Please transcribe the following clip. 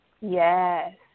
Yes